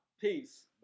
Peace